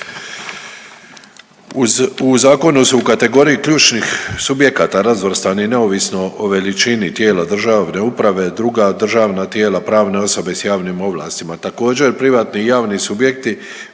u zakonu su u kategoriji ključnih subjekata razvrstani neovisno o veličini tijela državne uprave, druga državna tijela, pravne osobe s javnim ovlastima. Također, privatni i javni subjekti